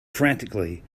frantically